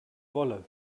wolle